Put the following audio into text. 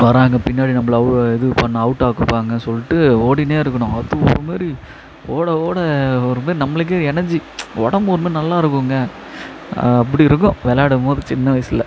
வராங்க பின்னாடி நம்மள இது பண்ண அவுட் ஆக்குவாங்க சொல்லிட்டு ஓடிகின்னே இருக்கணும் அது ஒரு மாரி ஓட ஓட ஒரு மாரி நம்மளுக்கே எனர்ஜி உடம்பு ஒருமாதிரி நல்லா இருக்குங்க அப்படி இருக்கும் விளாடும்போது சின்ன வயசில்